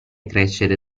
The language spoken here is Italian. crescere